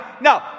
no